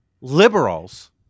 liberals